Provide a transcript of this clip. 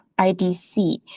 IDC